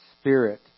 spirit